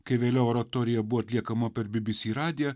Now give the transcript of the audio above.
kai vėliau oratorija buvo atliekama per bbc radiją